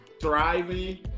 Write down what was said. thriving